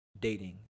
dating